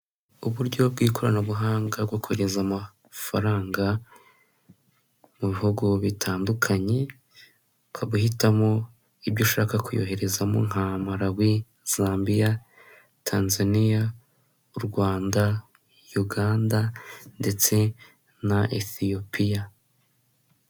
Uburyo bw'ikoranabuhanga bwo kohereza amafaranga mu bihugu bitandukanye, ukaba guhitamo ibyo ushaka kuyoherezamo nka Malawi, Zambia, Tanzania, Rwanda, Uganda ndetse na Ethiopia.